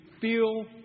feel